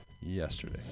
yesterday